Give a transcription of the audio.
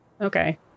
Okay